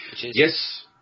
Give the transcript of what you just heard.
Yes